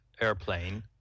airplane